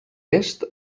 est